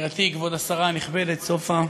יקירתי כבוד השרה הנכבדת סופה,